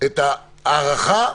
את ההארכה,